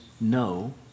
no